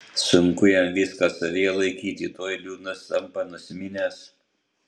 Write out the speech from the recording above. sunku jam viską savyje laikyti tuoj liūdnas tampa nusiminęs